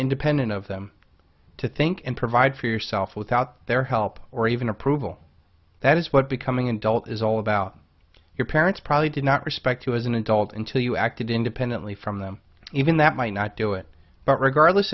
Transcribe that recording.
independent of them to think and provide for yourself without their help or even approval that is what becoming an adult is all about your parents probably did not respect you as an adult until you acted independently from them even that might not do it but regardless